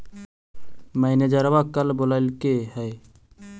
मैनेजरवा कल बोलैलके है?